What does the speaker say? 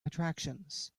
attractions